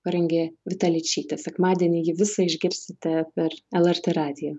parengė vita ličytė sekmadienį jį visą išgirsite per lrt radiją